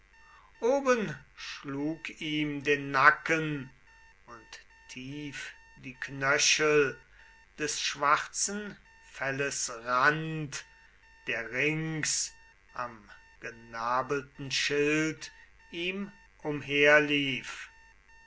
oben schlug ihm den nacken und tief die knöchel des schwarzen felles rand der rings am genabelten schild ihm